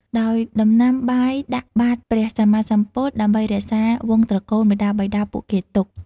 ដោយដណ្ដាំបាយដាក់បាត្រព្រះសម្មាសម្ពុទ្ធ ដើម្បីរក្សាវង្សត្រកូលមាតាបិតាពួកគេទុក។